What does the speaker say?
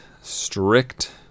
strict